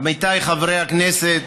עמיתיי חברי הכנסת,